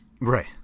right